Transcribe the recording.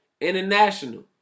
International